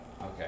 okay